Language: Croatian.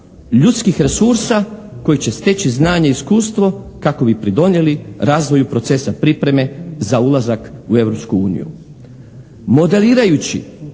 ljudskih resursa koji će steći znanje i iskustvo kako bi pridonijeli razvoju procesa pripreme za ulazak u Europsku